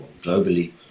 globally